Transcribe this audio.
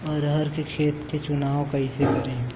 अरहर के खेत के चुनाव कईसे करी?